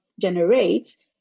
generates